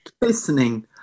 listening